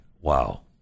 wow